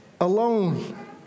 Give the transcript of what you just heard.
alone